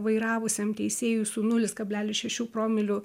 vairavusiam teisėjui su nulis kablelis šešių promilių